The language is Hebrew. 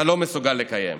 אתה לא מסוגל לקיים,